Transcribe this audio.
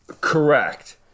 Correct